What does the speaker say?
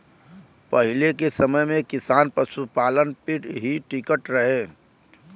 पहिले के समय में किसान पशुपालन पे ही टिकल रहे